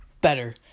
better